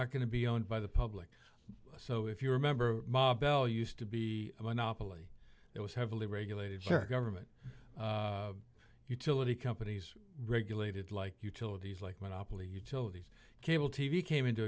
not going to be owned by the public so if you remember bell used to be a monopoly it was heavily regulated search government utility companies regulated like utilities like when aapl utilities cable t v came into